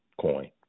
coin